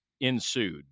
ensued